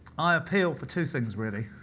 i appeal for two things, really.